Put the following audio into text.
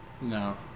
No